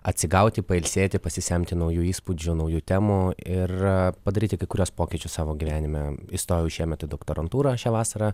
atsigauti pailsėti pasisemti naujų įspūdžių naujų temų ir padaryti kai kuriuos pokyčius savo gyvenime įstojau šiemet į doktorantūrą šią vasarą